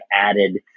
added